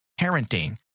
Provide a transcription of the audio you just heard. parenting